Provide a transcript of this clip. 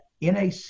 NAC